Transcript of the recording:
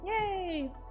yay